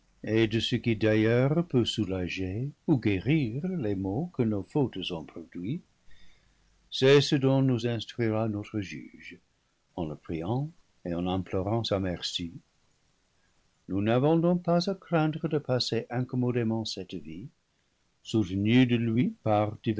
et de ce qui d'ailleurs peut soulager ou guérir les maux que nos fautes ont pronduits c'est ce dont nous instruira notre juge en le priant et en implorant sa merci nous n'avons donc pas à craindre de passer incommodément cette vie sou tenus de lui